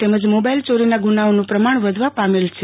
તેમજ મોબાઇલ ચોરીના ગુનાઓનું પ્રમાણ વધવા પામેલ છે